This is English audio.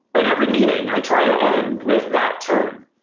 and every meeting, i try to end with that tone.